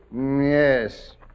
Yes